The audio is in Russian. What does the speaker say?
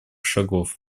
шагов